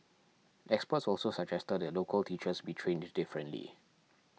experts also suggested that local teachers be trained differently